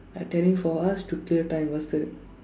I telling for us to clear time faster